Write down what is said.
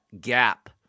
gap